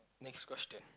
next question